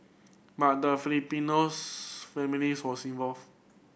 but the Filipinos families was involved